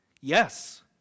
Yes